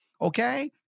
Okay